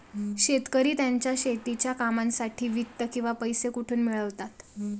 शेतकरी त्यांच्या शेतीच्या कामांसाठी वित्त किंवा पैसा कुठून मिळवतात?